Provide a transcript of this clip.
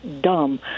dumb